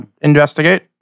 Investigate